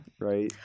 right